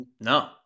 No